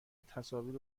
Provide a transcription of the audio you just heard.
تصاویر